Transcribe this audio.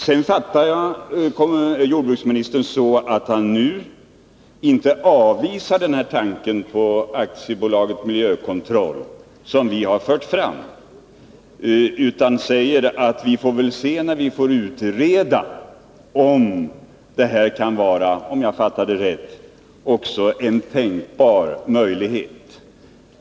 Jag fattade jordbruksministern så, att han nu inte avvisar den av oss framförda tanken på AB Svensk Miljökontroll utan menade att man efter utredning får se om detta är en tänkbar möjlighet.